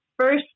first